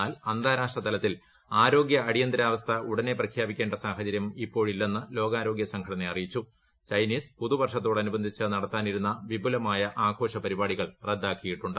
എന്നാൽ അന്താരാഷ്ട്ര തലത്തിൽ ആരോഗ്യ അടിയന്തരാവസ്ഥ ഉടനെ പ്രഖ്യാപിക്കേണ്ട സാഹചര്യം ഇപ്പോഴില്ലെന്ന് ലോകാരോഗ്യ ചൈനീസ് പുതുവർഷത്തോടനുബന്ധിച്ച് നടത്താനിരുന്ന വിപുലമായ ആഘോഷ പരിപാടികൾ റദ്ദാക്കിയിട്ടുണ്ട്